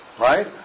Right